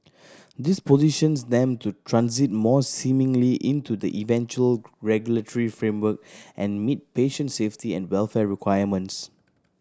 this positions them to transit more into the eventual regulatory framework and meet patient safety and welfare requirements